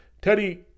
Teddy